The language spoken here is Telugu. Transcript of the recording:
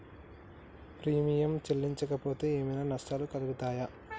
ప్రీమియం చెల్లించకపోతే ఏమైనా నష్టాలు కలుగుతయా?